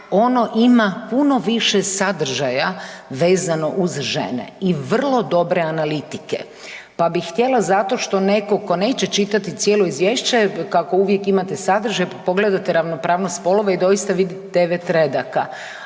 ono ima puno više sadržaja vezano uz žene i vrlo dobre analitike, pa bi htjela zato što neko ko neće čitati cijelo izvješće kako uvijek imate sadržaj, pa pogledate ravnopravnost spolova i doista vidi 9 redaka,